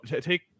take